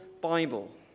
Bible